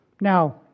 Now